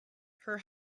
her